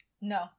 No